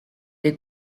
des